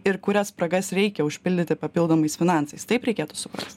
ir kurias spragas reikia užpildyti papildomais finansais taip reikėtų suprast